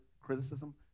criticism